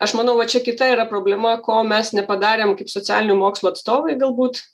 aš manau va čia kita yra problema ko mes nepadarėm kaip socialinių mokslų atstovai galbūt